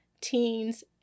teens